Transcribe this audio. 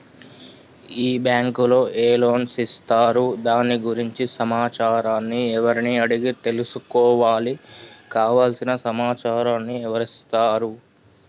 ఈ బ్యాంకులో ఏ లోన్స్ ఇస్తారు దాని గురించి సమాచారాన్ని ఎవరిని అడిగి తెలుసుకోవాలి? కావలసిన సమాచారాన్ని ఎవరిస్తారు?